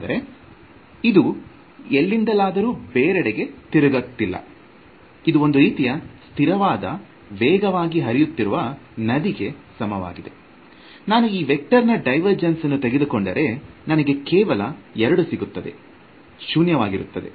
ಅಂದರೆ ಇದು ಎಲ್ಲಿಂದಲಾದರೂ ಬೇರೆಡೆಗೆ ತಿರುಗುತ್ತಿಲ್ಲ ಇದು ಒಂದು ರೀತಿ ಸ್ಥಿರವಾದ ವೇಗದಲ್ಲಿ ಹರಿಯುತ್ತಿರುವ ನದಿಗೆ ಸಮವಾಗಿದೆ ನಾನು ಈ ವೆಕ್ಟರ್ ನ ಡೈವರ್ ಜನನ್ನು ತೆಗೆದುಕೊಂಡರೆ ನನಗೆ ಕೇವಲ ಎರಡು ಸಿಗುತ್ತವೆ ಶೂನ್ಯವಾಗಿರುತ್ತದೆ